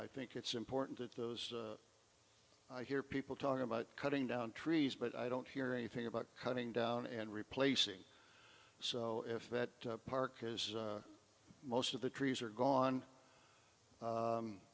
i think it's important that those i hear people talking about cutting down trees but i don't hear anything about cutting down and replacing so if that park because most of the trees are gone